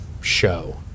show